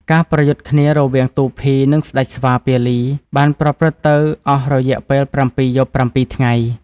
ការប្រយុទ្ធគ្នារវាងទូភី និងស្ដេចស្វា ពាលី បានប្រព្រឹត្តទៅអស់រយៈពេល៧យប់៧ថ្ងៃ។